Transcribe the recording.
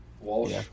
Walsh